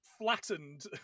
flattened